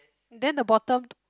then the bottom